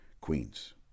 Queens